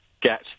get